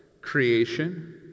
creation